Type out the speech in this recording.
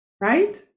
right